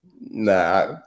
Nah